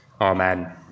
Amen